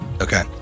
Okay